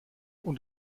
und